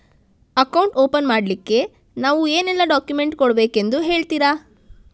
Account open ಮಾಡ್ಲಿಕ್ಕೆ ನಾವು ಏನೆಲ್ಲ ಡಾಕ್ಯುಮೆಂಟ್ ಕೊಡಬೇಕೆಂದು ಹೇಳ್ತಿರಾ?